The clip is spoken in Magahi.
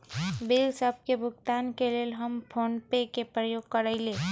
बिल सभ के भुगतान के लेल हम फोनपे के प्रयोग करइले